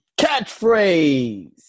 catchphrase